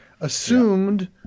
assumed